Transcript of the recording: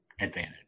advantage